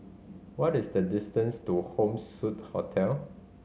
what is the distance to Home Suite Hotel